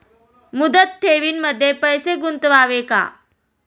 मुदत ठेवींमध्ये पैसे गुंतवावे का?